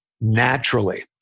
naturally